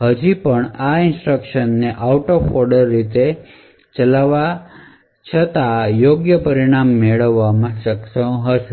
હજી પણ આ ઇન્સટ્રકશન ને આઉટ ઓફ ઑર્ડર રીતે ચલાવવા છતાં યોગ્ય પરિણામ મેળવવામાં સક્ષમ હશે